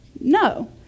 No